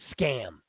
scam